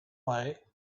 way